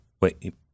wait